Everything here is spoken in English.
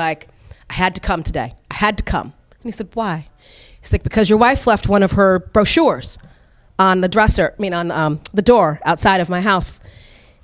like i had to come today i had to come to supply is that because your wife left one of her brochures on the dresser i mean on the door outside of my house